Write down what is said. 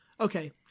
Okay